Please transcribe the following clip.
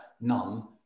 none